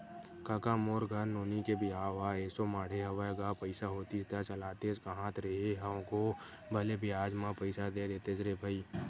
कका मोर घर नोनी के बिहाव ह एसो माड़हे हवय गा पइसा होतिस त चलातेस कांहत रेहे हंव गो भले बियाज म पइसा दे देतेस रे भई